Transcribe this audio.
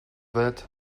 that